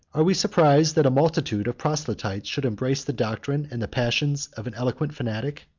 are we surprised that a multitude of proselytes should embrace the doctrine and the passions of an eloquent fanatic?